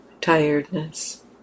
tiredness